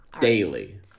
Daily